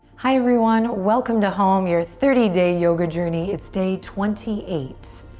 hi, everyone. welcome to home, your thirty day yoga journey. it's day twenty eight.